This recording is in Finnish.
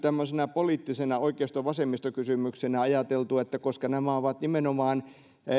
poliittisena oikeisto vasemmisto kysymyksenä ajateltu että koska nämä ovat nimenomaan